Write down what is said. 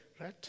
right